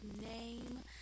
name